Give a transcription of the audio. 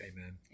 Amen